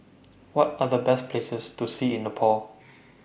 What Are The Best Places to See in Nepal